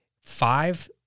five